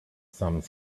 some